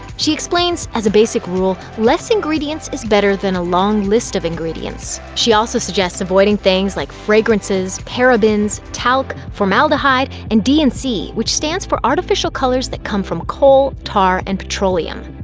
she explains, as a basic rule, less ingredients is better then a long list of ingredients. she also suggests avoiding things like fragrances, parabens, talc, formaldehyde, and d and c, which stands for artificial colors that come from coal, tar and petroleum.